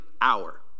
hour